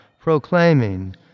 proclaiming